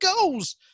goes